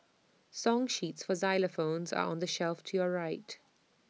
song sheets for xylophones are on the shelf to your right